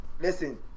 Listen